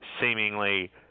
seemingly